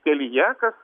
kelyje kas